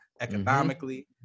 economically